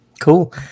Cool